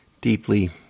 deeply